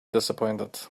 disappointed